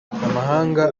amahanga